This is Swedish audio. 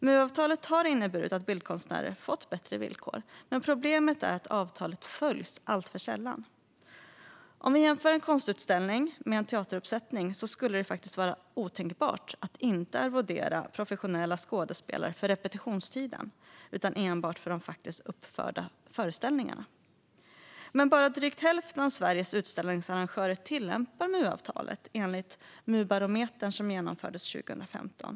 MU-avtalet har inneburit att bildkonstnärer fått bättre villkor, men problemet är att avtalet följs alltför sällan. Om vi jämför en konstutställning med en teateruppsättning skulle det vara otänkbart att inte arvodera professionella skådespelare för repetitionstiden utan enbart för de faktiskt uppförda föreställningarna. Men bara drygt hälften av Sveriges utställningsarrangörer tillämpar MU-avtalet, enligt den MU-barometer som genomfördes 2015.